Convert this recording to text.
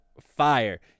fire